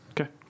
Okay